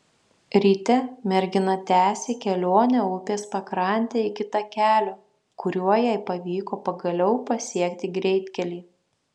ryte mergina tęsė kelionę upės pakrante iki takelio kuriuo jai pavyko pagaliau pasiekti greitkelį